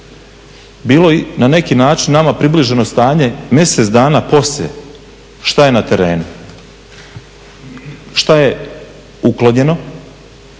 bilo na neki način nama približeno stanje mjesec dana poslije šta je na terenu, šta je uklonjeno,